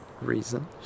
reason